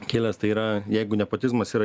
kilęs tai yra jeigu nepotizmas yra